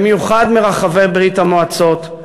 במיוחד מרחבי ברית-המועצות,